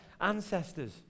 ancestors